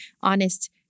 honest